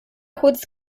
kurz